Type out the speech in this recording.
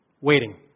waiting